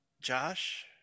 josh